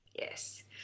Yes